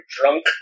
drunk